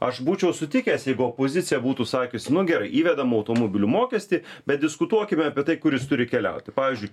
aš būčiau sutikęs jeigu opozicija būtų sakiusi nu gerai įvedam automobilių mokestį bet diskutuokime apie tai kur jis turi keliauti pavyzdžiui